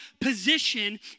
position